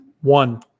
one